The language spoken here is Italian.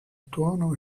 tuono